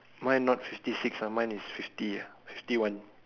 mine not fifty six ah mine is fifty ah fifty one